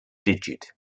digit